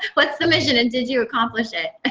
what's the mission, and did you accomplish it? ah